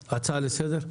אפשר הצעה לסדר?